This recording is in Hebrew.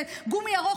זה גומי ארוך,